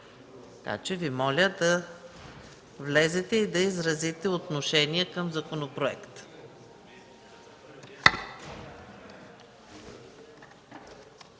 доста висок. Моля да влезете и да изразите отношение към законопроекта.